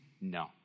no